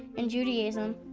in judaism,